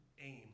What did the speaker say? aim